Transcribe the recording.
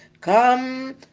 come